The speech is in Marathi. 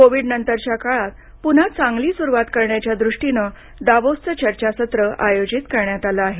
कोविडनंतरच्या काळात पुन्हा चांगली सुरुवात करण्याच्या दृष्टीनं दावोसचं चर्चासत्र आयोजित करण्यात आलं आहे